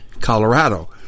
Colorado